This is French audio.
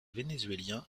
vénézuélien